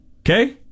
Okay